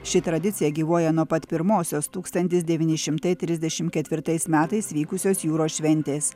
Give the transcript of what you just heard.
ši tradicija gyvuoja nuo pat pirmosios tūkstantis devyni šimtai trisdešimt ketvirtais metais vykusios jūros šventės